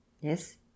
Yes